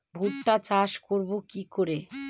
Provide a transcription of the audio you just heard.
ভুট্টা চাষ করব কি করে?